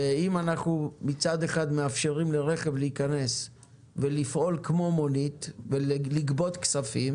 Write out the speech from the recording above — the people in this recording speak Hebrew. אם מצד אחד אנחנו מאפשרים לרכב להיכנס ולפעול כמו מונית ולגבות כספים